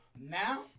now